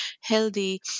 healthy